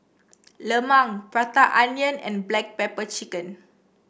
Lemang Prata Onion and Black Pepper Chicken